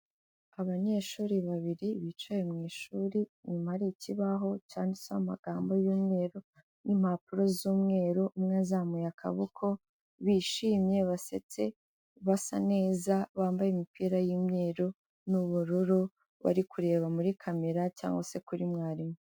Abanyeshuri babiri bicaye mu ishuri, inyuma hari ikibaho cyanditse amagambo y'umweru n'impapuro z'umweru, umwe azamuye akaboko, bishimye, basetse, basa neza, bambaye imipira y'umweru n'ubururu, bari kureba muri camera cyangwa se kuri mwarimu.